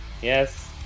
Yes